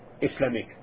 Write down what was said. Islamic